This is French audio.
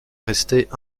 restaient